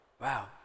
Wow